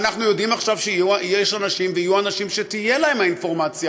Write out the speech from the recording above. ואנחנו יודעים עכשיו שיש אנשים ויהיו אנשים שתהיה להם האינפורמציה,